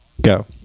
go